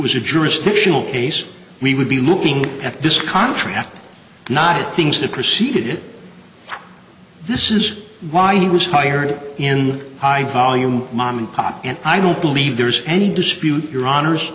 was a jurisdictional case we would be looking at this contract not things that proceeded this is why he was hired in high volume mom and pop and i don't believe there's any dispute your hono